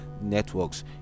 networks